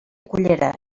cullera